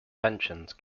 pensions